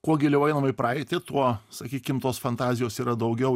kuo giliau einam į praeitį tuo sakykim tos fantazijos yra daugiau